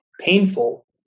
painful